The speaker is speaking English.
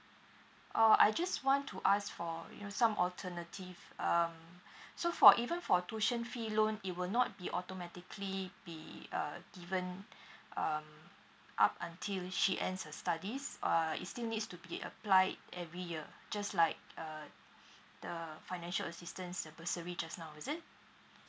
oh I just want to ask for you know some alternative um so for even for tuition fee loan it will not be automatically be uh given um up until she ends her studies uh it still needs to be applied every year just like uh the financial assistance bursary just now is it